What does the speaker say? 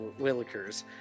willikers